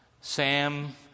Sam